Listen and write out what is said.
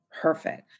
Perfect